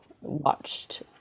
watched